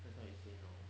that's what you say now